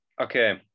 okay